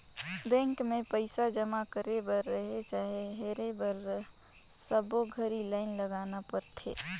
bank मे पइसा जमा करे बर रहें चाहे हेरे बर सबो घरी लाइन लगाना परथे